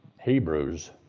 Hebrews